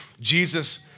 Jesus